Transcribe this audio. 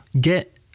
get